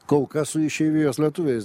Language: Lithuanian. kol kas su išeivijos lietuviais